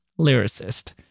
lyricist